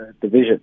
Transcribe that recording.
Division